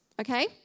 Okay